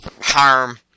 harm